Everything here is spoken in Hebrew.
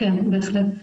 כן בהחלט.